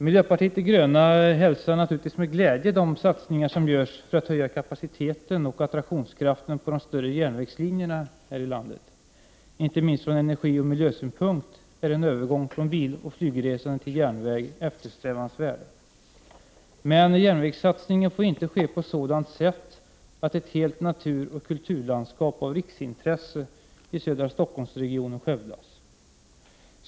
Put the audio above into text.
Miljöpartiet de gröna hälsar naturligtvis med glädje de satsningar som görs för att höja kapaciteten och attraktionskraften på de större järnvägslinjerna här i landet. Inte minst från energioch miljösynpunkt är en övergång från biloch flygresande till järnväg eftersträvansvärd. Men järnvägssatsningen får inte ske på sådant sätt att ett helt naturoch kulturlandskap av riksintresse i södra Stockholmsregionen skövlas.